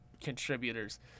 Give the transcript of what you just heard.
contributors